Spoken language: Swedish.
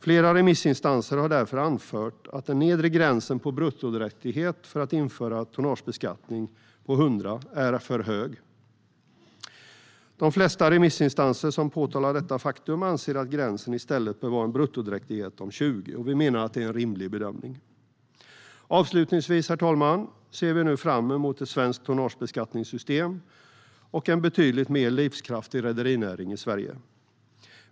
Flera remissinstanser har därför anfört att den nedre gränsen på bruttodräktighet på 100 för att införa tonnagebeskattning är för hög. De flesta remissinstanser som påtalar detta anser att gränsen i stället bör vara en bruttodräktighet på 20. Vi menar att det är en rimlig bedömning. Avslutningsvis, herr talman, ser vi fram emot ett svenskt tonnagebeskattningssystem och en betydligt mer livskraftig rederinäring i Sverige.